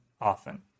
often